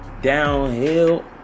downhill